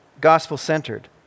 gospel-centered